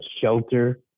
shelter